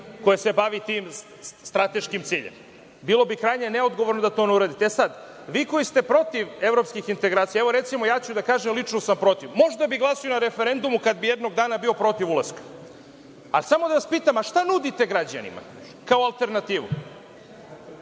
koje se bavi tim strateškim ciljem. Bilo bi krajnje neodgovorno da to ne uradite. Vi koji ste protiv evropskih integracija, ja ću da kažem – lično sam protiv. Možda bih glasao i na referendumu kada bi jednog dana bio protiv ulaska. Samo da vas pitam – šta nudite građanima kao alternativu?